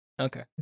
Okay